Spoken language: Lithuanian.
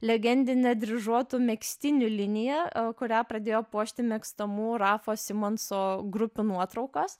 legendinė dryžuotų megztinių linija kurią pradėjo puošti mėgstamų rafo simonso grupių nuotraukos